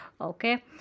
Okay